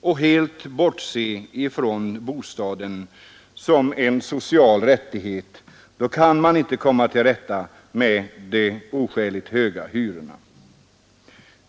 och att man helt bortser från bostaden som en social rättighet kan man inte komma till rätta med de oskäligt höga hyrorna.